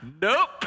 Nope